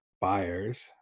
buyers